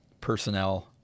personnel